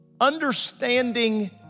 understanding